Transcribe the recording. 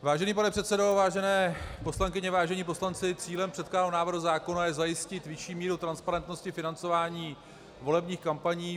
Vážený pane předsedo, vážené poslankyně, vážení poslanci, cílem předkládaného návrhu zákona je zajistit vyšší míru transparentnosti financování volebních kampaní.